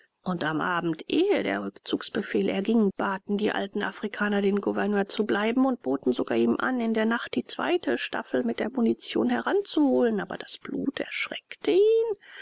und am abend ehe der rückzugsbefehl erging baten die alten afrikaner den gouverneur zu bleiben und boten sogar ihm an in der nacht die zweite staffel mit der munition heranzuholen aber das blut erschreckte ihn